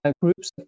groups